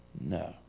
No